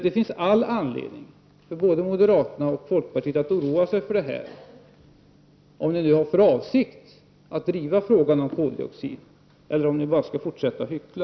Det finns all anledning för både moderater och folkpartister att oroa sig över detta — om ni nu har för avsikt att driva frågan om koldioxid eller har för avsikt att fortsätta att hyckla.